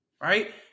right